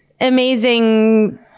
amazing